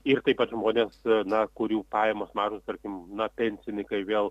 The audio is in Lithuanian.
ir taip pat žmonės na kurių pajamos mažos tarkim na pensininkai vėl